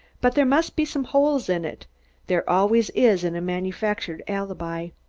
but there must be some holes in it there always is in a manufactured alibi.